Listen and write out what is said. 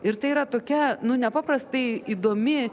ir tai yra tokia nu nepaprastai įdomi